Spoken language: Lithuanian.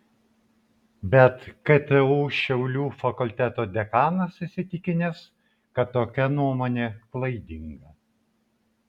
bet ktu šiaulių fakulteto dekanas įsitikinęs kad tokia nuomonė klaidinga